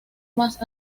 más